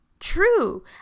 True